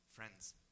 friends